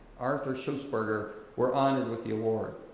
arthur sulzberger, were honored with the award.